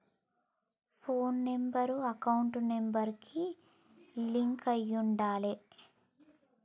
పోను number account number కి link అయ్యి ఉండాలే